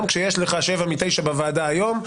וזה כשיש לך שבעה מתוך תשעה בוועדה היום.